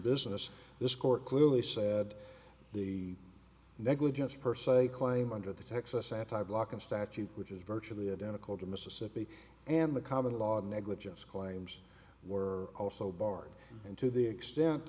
business this court clearly said the negligence per se claim under the texas anti blocking statute which is virtually identical to mississippi and the common law of negligence claims were also barred and to the extent